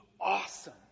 awesome